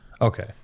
Okay